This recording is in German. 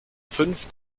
fünf